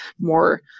more